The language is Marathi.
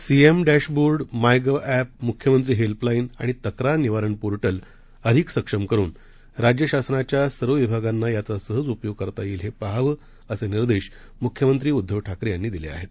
सीएमडॅशबोर्ड मायगव्हऍप मुख्यमंत्रीहेल्पलाईनआणितक्रारनिवारणपोर्टलअधिकसक्षमकरूनराज्यशासनाच्यासर्वविभागांनायाचासहजउपयोगकरतायेईलहेपाहावं असेनिर्देशमुख्यमंत्रीउद्धवठाकरेयांनीदिलेआहेत